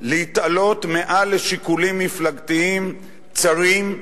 להתעלות מעל לשיקולים מפלגתיים צרים,